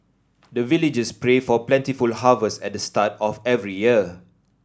the villagers pray for plentiful harvest at the start of every year